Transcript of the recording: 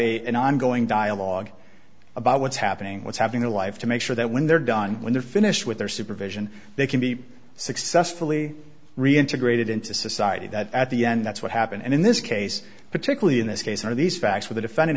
a an ongoing dialogue about what's happening what's happening in life to make sure that when they're done when they're finished with their supervision they can be successfully reintegrated into society that at the end that's what happened in this case particularly in this case are these facts for the defendant